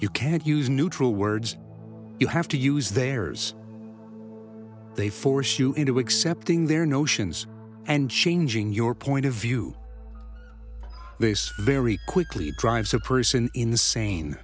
you can't use neutral words you have to use their ears they force you into accepting their notions and changing your point of view very quickly drives a person in